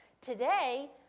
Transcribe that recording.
Today